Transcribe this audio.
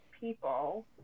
people